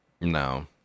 No